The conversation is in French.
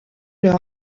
leur